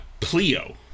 Pleo